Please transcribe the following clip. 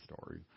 story